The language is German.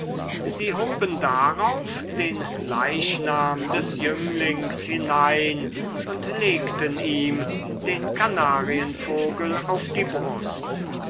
sie hoben darauf den leichnam des jünglings hinein und legten ihm den kanarienvogel auf die brust